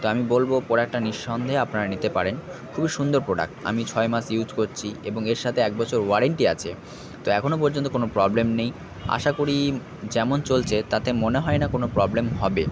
তো আমি বলবো প্রোডাক্টটা নিঃসন্দেহে আপনারা নিতে পারেন খুবই সুন্দর প্রোডাক্ট আমি ছয় মাস ইউস করছি এবং এর সাথে এক বছর ওয়ারেন্টি আছে তো এখনও পর্যন্ত কোনো প্রবলেম নেই আশা করি যেমন চলছে তাতে মনে হয় না কোনো প্রবলেম হবে